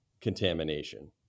contamination